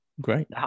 great